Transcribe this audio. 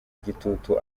gitutu